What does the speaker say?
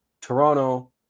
toronto